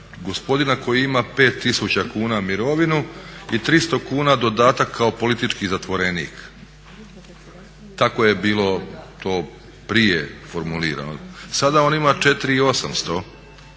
gospodina koji ima 5000 kuna mirovinu i 300 kuna dodatak kao politički zatvorenik. Tako je bilo to prije formulirano. Sada on ima 4800